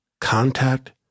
contact